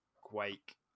quake